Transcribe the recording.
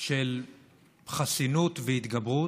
של חסינות והתגברות,